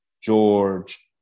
George